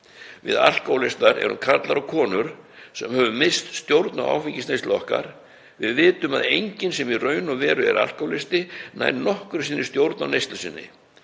Við alkóhólistar erum karlar og konur sem höfum misst stjórn á áfengisneyslu okkar. Við vitum að enginn sem í raun og veru er alkóhólisti nær nokkru sinni stjórn á neyslu sinni.